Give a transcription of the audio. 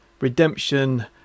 redemption